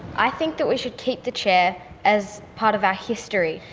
i think that we should keep the chair as part of our history,